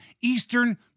Eastern